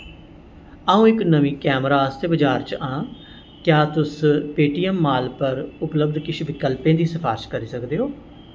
अ'ऊं इक नमीं कैमरा आस्तै बजार च आं क्या तुस पेटीऐम्म माल पर उपलब्ध किश विकल्पें दी सफारश करी सकदे ओ